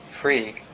free